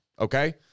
okay